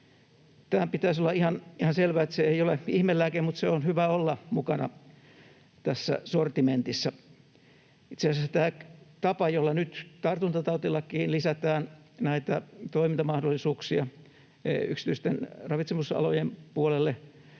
Tämän pitäisi olla ihan selvää, että se ei ole ihmelääke, mutta se on hyvä olla mukana tässä sortimentissa. Itse asiassa tämä tapa, jolla nyt tartuntatautilakiin lisätään näitä toimintamahdollisuuksia yksityisten ravitsemusalojen puolelle,